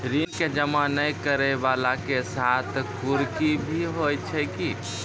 ऋण के जमा नै करैय वाला के साथ कुर्की भी होय छै कि?